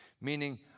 Meaning